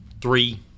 three-